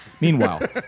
Meanwhile